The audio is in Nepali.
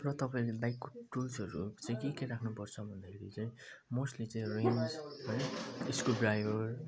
र तपाईँले बाइकको टुल्सहरू चाहिँ के के राख्नुपर्छ भन्दाखेरि चाहिँ मोस्टली चाहिँ एउटा इस है इस्क्रुड्राइभर